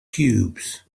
cubes